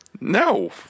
No